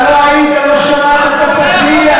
אבל לא היית, לא שמעת את הפתיח.